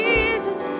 Jesus